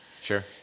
sure